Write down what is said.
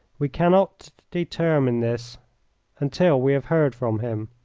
we cannot determine this until we have heard from him.